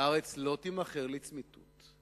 והארץ לא תימכר לצמיתות".